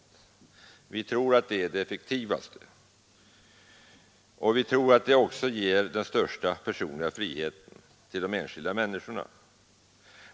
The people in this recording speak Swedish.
Vi tror att det är det effektivaste, och vi tror också att det ger den största personliga friheten för de enskilda människorna.